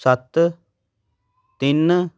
ਸੱਤ ਤਿੰਨ